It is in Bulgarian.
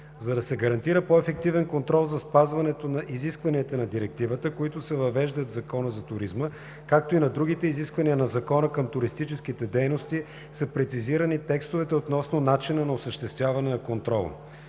За да се гарантира по-ефективен контрол за спазването на изискванията на Директивата, които се въвеждат в Закона за туризма, както и на другите изисквания на Закона към туристическите дейности, са прецизирани текстовете относно начина на осъществяване на контрол.